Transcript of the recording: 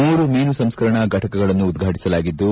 ಮೂರು ಮೀನು ಸಂಸ್ಕರಣಾ ಫಟಕಗಳನ್ನು ಉದ್ವಾಟಿಸಲಾಗಿದ್ದು